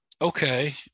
okay